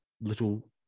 little